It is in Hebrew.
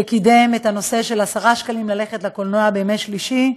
שקידם את הנושא של עשרה שקלים לקולנוע בימי שלישי,